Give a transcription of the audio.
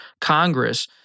Congress